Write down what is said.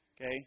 Okay